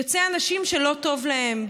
יוצא אנשים שלא טוב להם,